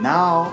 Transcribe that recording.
Now